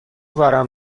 ورم